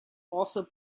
also